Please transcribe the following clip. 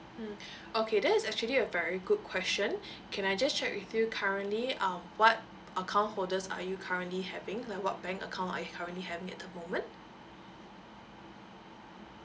mm okay that is actually a very good question can I just check with you currently um what account holders are you currently having like what bank account are you currently having at the moment